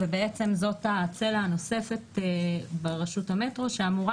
וזאת הצלע הנוספת ברשות המטרו שאמורה